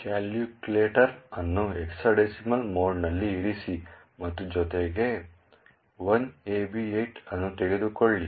calculator ಅನ್ನು hexadecimal ಮೋಡ್ನಲ್ಲಿ ಇರಿಸಿ ಮತ್ತು ಜೊತೆಗೆ 1AB8 ಅನ್ನು ತೆಗೆದುಕೊಳ್ಳಿ